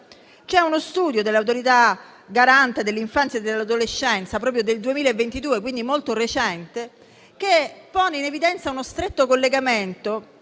C'è uno studio dell'Autorità garante per l'infanzia e l'adolescenza del 2022 (quindi molto recente), che pone in evidenza uno stretto collegamento